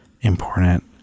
important